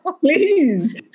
Please